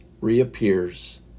reappears